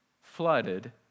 flooded